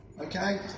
okay